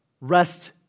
Rest